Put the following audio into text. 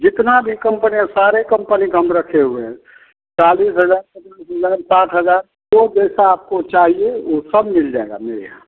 जितना भी कंपनी है सारे कंपनी का हम रखे हुए हैं चालीस हजार पच्चीस हजार सात हजार जो जैसा आपको चाहिए ओ सब मिल जाएगा मेरे यहाँ